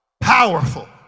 powerful